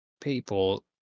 people